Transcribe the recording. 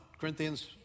Corinthians